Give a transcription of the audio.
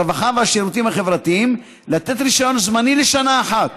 הרווחה והשירותים החברתיים לתת רישיון זמני לשנה אחת,